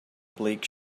bleak